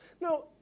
Now